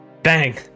Bang